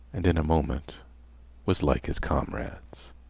and in a moment was like his comrades.